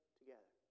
together